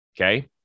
okay